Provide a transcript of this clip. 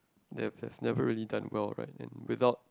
they they never really time out like in result